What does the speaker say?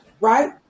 right